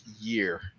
year